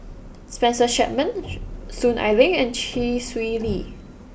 Spencer Chapman Soon Ai Ling and Chee Swee Lee